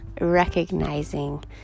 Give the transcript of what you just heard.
recognizing